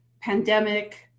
pandemic